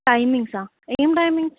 టైమింగ్సా ఏం టైమింగ్స్